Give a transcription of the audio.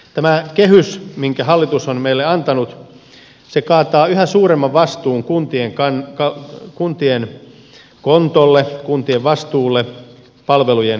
tämä kehys minkä hallitus on meille antanut kaataa yhä suuremman vastuun kuntien kontolle palvelujen tuottamisesta